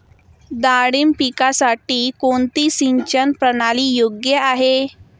डाळिंब पिकासाठी कोणती सिंचन प्रणाली योग्य आहे?